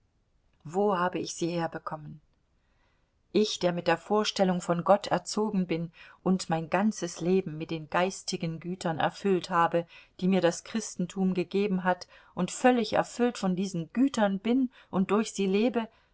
wo habe ich sie herbekommen ich der ich mit der vorstellung von gott erzogen bin und mein ganzes leben mit den geistigen gütern erfüllt habe die mir das christentum gegeben hat und völlig erfüllt von diesen gütern bin und durch sie lebe